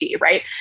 right